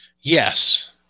Yes